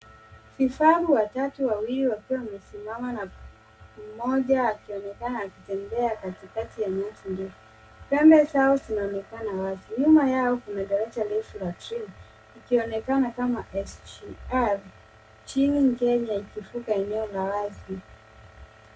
Vifaru watatu, wawili wakiwa wamesimama na mmoja akionekana akitembea katikati ya nyasi ndefu. Pembe zao zinaonekana wazi. Nyuma yao kuna daraja refu la treni ikionekana kama SGR chini ikivuka eneo la wazi.